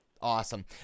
Awesome